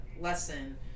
lesson